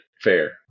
fair